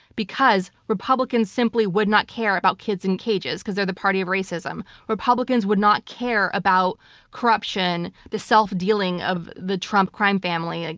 because republicans simply would not care about kids in cages because they're the party of racism. republicans would not care about corruption, the self-dealing of the trump crime family,